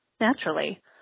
naturally